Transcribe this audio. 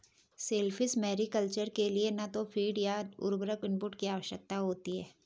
shellfish mariculture के लिए न तो फ़ीड या उर्वरक इनपुट की आवश्यकता होती है